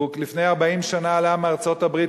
לפני כ-40 שנה הוא עלה מארצות-הברית,